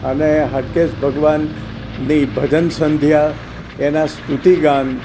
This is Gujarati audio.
અને હાટકેશ ભગવાનની ભજન સંધ્યા એના સ્તુતિ ગાન